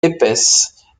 épaisses